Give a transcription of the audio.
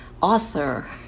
author